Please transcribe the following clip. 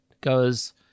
goes